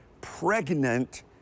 pregnant